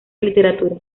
literatura